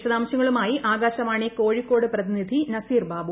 വിശദാംശങ്ങളുമായി ആകാശവാണി കോഴിക്കോട് പ്രതിനിധി നസീർബാബു